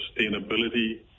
sustainability